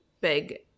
big